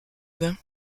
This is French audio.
bains